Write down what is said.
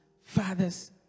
fathers